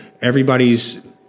everybody's